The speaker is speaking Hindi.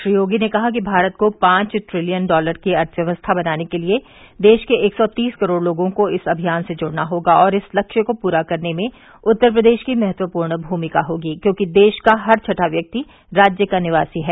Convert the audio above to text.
श्री योगी ने कहा कि भारत को पांच ट्रिलियन डॉलर की अर्थव्यवस्था बनाने के लिये देश के एक सौ तीस करोड़ लोगों को इस अभियान से जुड़ना होगा और इस लक्ष्य को पूरा करने में उत्तर प्रदेश की महत्वपूर्ण भूमिका होगी क्योंकि देश का हर छठां व्यक्ति राज्य का निवासी है